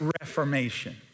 reformation